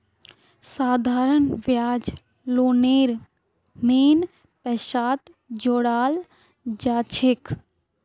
साधारण ब्याज लोनेर मेन पैसात जोड़ाल जाछेक